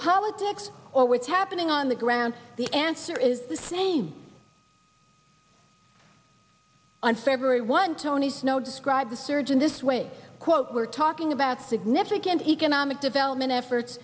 politics or what's happening on the ground the answer is the same on february one tony snow described the surge in this ways quote we're talking about significant economic development effort